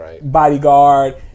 bodyguard